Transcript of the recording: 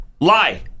Lie